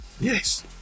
Yes